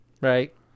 Right